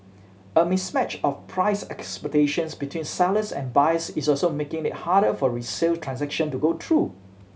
a mismatch of price expectations between sellers and buyers is also making it harder for resale transaction to go through